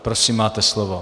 Prosím máte slovo.